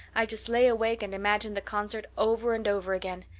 i just lay awake and imagined the concert over and over again.